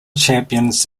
champions